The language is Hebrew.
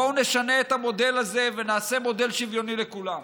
בואו נשנה את המודל הזה ונעשה מודל שוויוני לכולם.